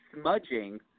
smudging